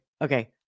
okay